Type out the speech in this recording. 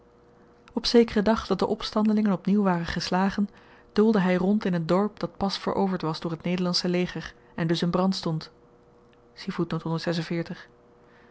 op zekeren dag dat de opstandelingen op nieuw waren geslagen doolde hy rond in een dorp dat pas veroverd was door het nederlandsche leger en dus in brand stond